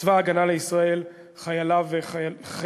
צבא ההגנה לישראל, חייליו וחיילותיו.